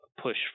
push